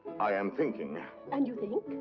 i am thinking and you think?